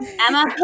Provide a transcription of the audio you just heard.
Emma